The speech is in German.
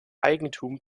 eigentum